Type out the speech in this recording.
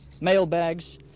mailbags